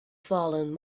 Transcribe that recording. fallen